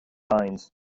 pines